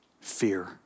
fear